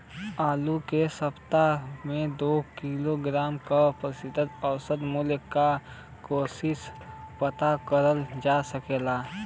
आलू के सप्ताह में दो किलोग्राम क प्रति औसत मूल्य क कैसे पता करल जा सकेला?